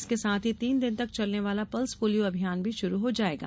इसके साथ ही तीन दिन तक चलने वाला पल्स पोलियो अभियान भी शुरू हो जायेगा